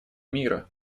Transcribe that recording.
мира